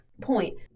point